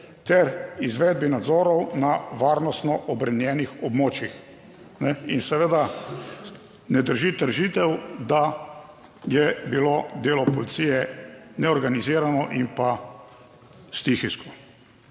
ter izvedbi nadzorov na varnostno obremenjenih območjih. In seveda, ne drži trditev, da je bilo delo policije neorganizirano in pa stihijsko.